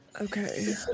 okay